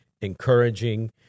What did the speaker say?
encouraging